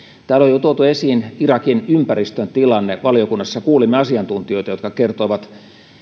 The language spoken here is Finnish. täällä on jo tuotu esiin irakin ympäristön tilanne valiokunnassa kuulimme asiantuntijoita jotka kertoivat